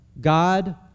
God